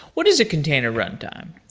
what is a container runtime?